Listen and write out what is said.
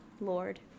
lord